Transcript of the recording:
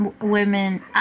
women